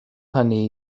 hynny